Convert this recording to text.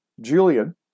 Julian